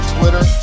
Twitter